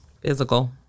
physical